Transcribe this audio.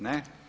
Ne.